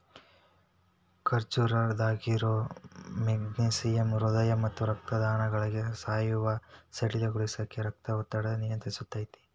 ಖರ್ಜೂರದಾಗಿರೋ magnesium ಹೃದಯ ಮತ್ತ ರಕ್ತನಾಳಗಳಲ್ಲಿನ ಸ್ನಾಯುಗಳನ್ನ ಸಡಿಲಗೊಳಿಸಿ, ರಕ್ತದೊತ್ತಡನ ನಿಯಂತ್ರಸ್ತೆತಿ